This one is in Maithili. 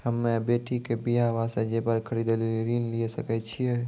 हम्मे बेटी के बियाह वास्ते जेबर खरीदे लेली ऋण लिये सकय छियै?